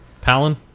palin